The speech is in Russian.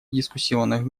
дискуссионных